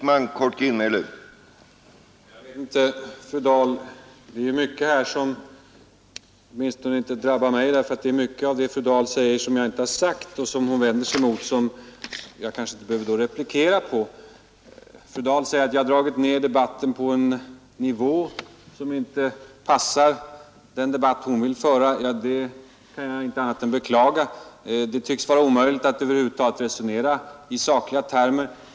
Herr talman! Det är mycket av vad fru Dahl sade som åtminstone inte drabbar mig, eftersom fru Dahl vände sig mot sådant som jag inte har sagt och jag kanske därför inte behöver replikera. Fru Dahl säger att jag har dragit ned debatten på en nivå som inte passar den debatt hon vill föra. Det kan jag inte annat än beklaga. Det tycks vara omöjligt att över huvud taget resonera i sakliga termer.